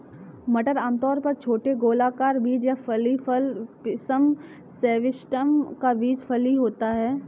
मटर आमतौर पर छोटे गोलाकार बीज या फली फल पिसम सैटिवम का बीज फली होता है